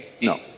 No